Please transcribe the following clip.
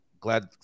glad